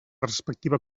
respectiva